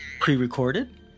pre-recorded